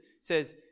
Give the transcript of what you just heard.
says